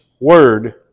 Word